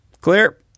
clear